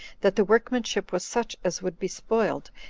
that the workmanship was such as would be spoiled,